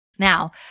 Now